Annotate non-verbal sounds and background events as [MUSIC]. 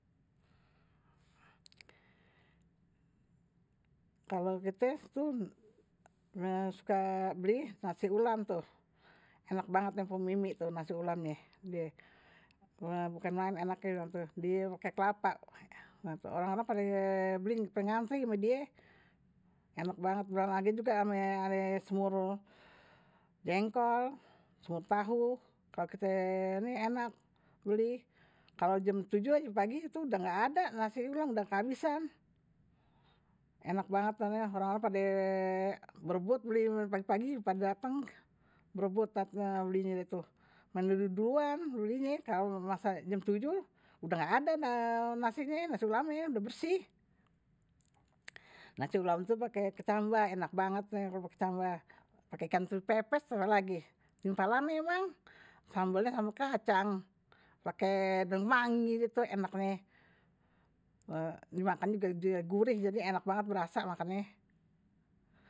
Kalo kite tuh [HESITATION] suka beli nasi ulam tuh enak banget nih pok mimik tuh nasi ulamnya. Bukan main enaknya gitu, dia pake kelapa orang-orang pade beli pake antri sama dia enak banget, belon lagi juga ada semur jengkol, semur tahu kalo kite ini enak, beli kalo jam 7 pagi tuh udah gak ada, nasi ulam udah kehabisan enak banget, [HESITATION] orang orang pada berebut beli pagi-pagi pada dateng berebut belinya main dulu duluan belinya, kalo masak jam 7 udah gak ada nasi ulamnya, udah bersih nasi ulam tuh pake kecambah, enak banget pake ikan teri pepes, ape lagi timpalannye emang, sambelnya sama kacang pake daun kemangi deh tuh, [HESITATION] enaknye dimakan juga dia gurih, jadi enak banget berasa makannye.